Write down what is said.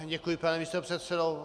Děkuji, pane místopředsedo.